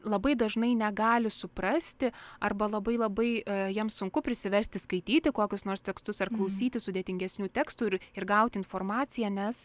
labai dažnai negali suprasti arba labai labai jiems sunku prisiversti skaityti kokius nors tekstus ar klausytis sudėtingesnių tekstų ir ir gauti informaciją nes